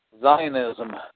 Zionism